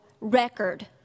record